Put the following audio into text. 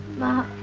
my